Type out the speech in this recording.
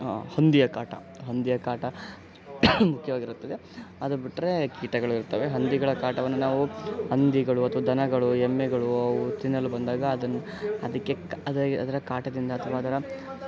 ಹಂದಿಯ ಕಾಟ ಹಂದಿಯ ಕಾಟ ಮುಖ್ಯವಾಗಿರುತ್ತದೆ ಅದು ಬಿಟ್ಟರೆ ಕೀಟಗಳು ಇರ್ತವೆ ಹಂದಿಗಳ ಕಾಟವನ್ನು ನಾವು ಹಂದಿಗಳು ಅಥ್ವಾ ದನಗಳು ಎಮ್ಮೆಗಳು ಅವು ತಿನ್ನಲು ಬಂದಾಗ ಅದನ್ನು ಅದಕ್ಕೆ ಅದರ ಕಾಟದಿಂದ ಅಥ್ವಾ ಅದರ